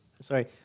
Sorry